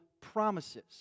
promises